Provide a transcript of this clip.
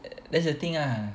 that's the thing ah